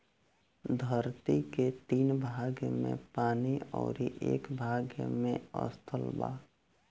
धरती के तीन भाग में पानी अउरी एक भाग में स्थल बा